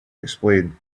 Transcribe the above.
explain